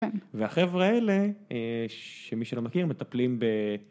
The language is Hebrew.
והחבר'ה אלה, שמי שלא מכיר, מטפלים ב...